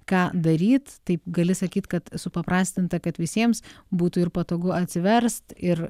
ką daryt taip gali sakyt kad supaprastinta kad visiems būtų ir patogu atsiverst ir